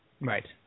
Right